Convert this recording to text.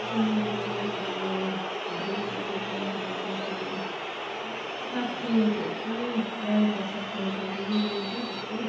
सुँगुरको मासुको रेसेपी चाहिँ अब त्यसलाई सागसँग चाहिँ एकदमै रायोको सागसँग चाहिँ एकदमै मिल्छ त्यस्को